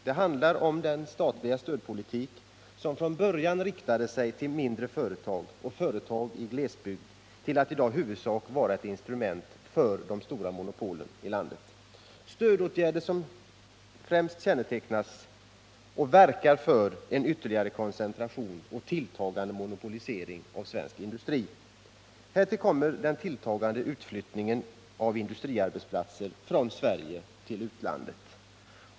Den handlar om den statliga stödpolitik som från början riktade sig till mindre företag och företag i glesbygd men som ändrats till att i dag i huvudsak vara ett instrument för de stora monopolen i landet. Stödåtgärderna verkar främst för en ytterligare koncentration och tilltagande monpolisering av svensk industri. Härtill kommer den tilltagande utflyttningen av industriarbetsplatser från Sverige till utlandet.